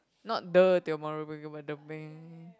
not the Tiong-Bahru-Bakery but the